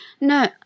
No